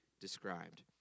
described